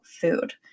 food